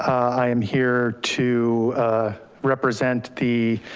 i am here to represent the,